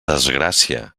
desgràcia